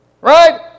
Right